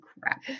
crap